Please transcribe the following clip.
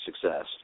success